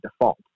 default